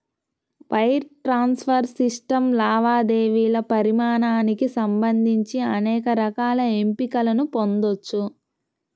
wire transfer system లావాదేవీల పరిమాణానికి సంబంధించి అనేక రకాల ఎంపికలను పొందొచ్చు